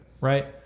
right